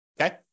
Okay